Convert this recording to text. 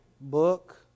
book